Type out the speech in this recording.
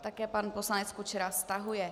Také pan poslanec Kučera stahuje.